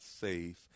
safe